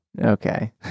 Okay